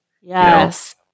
Yes